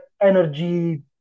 energy